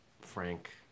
Frank